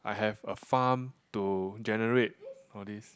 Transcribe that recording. I have a farm to generate all these